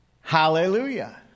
Hallelujah